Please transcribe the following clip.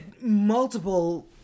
multiple